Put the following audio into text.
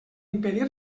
impedir